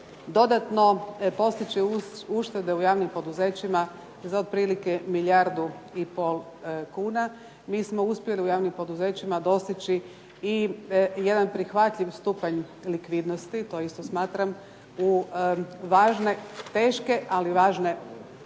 dodatno postići uštede u javnim poduzećima za otprilike milijardu i pol kuna. Mi smo uspjeli u javnim poduzećima dostići i jedan prihvatljiv stupanj likvidnosti. To isto smatram u važne, teške, ali važne